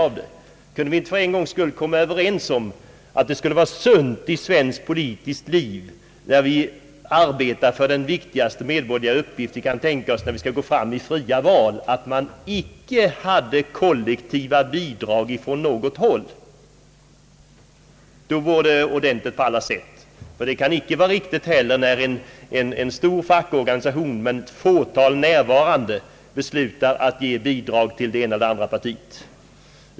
Kan vi inte för en gångs skull komma överens om att det skulle vara sunt i svenskt politiskt liv, när vi arbetar för den viktigaste medborgerliga uppgift vi kan tänka oss, när vi skall gå fram i fria val, att man icke hade kollektiva bidrag från något håll? Då vore det just på alla sätt. Det kan icke heller vara riktigt när en stor fackorganisation med ett fåtal närvarande beslutar ge bidrag till det ena eller andra partiet.